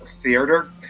Theater